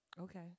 Okay